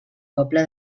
poble